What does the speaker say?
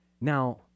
Now